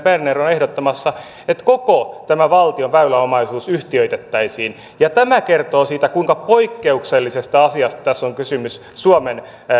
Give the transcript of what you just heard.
berner on ehdottamassa että koko tämä valtion väyläomaisuus yhtiöitettäisiin ja tämä kertoo siitä kuinka poikkeuksellisesta asiasta tässä on kysymys suomen